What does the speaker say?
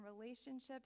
relationships